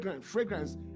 fragrance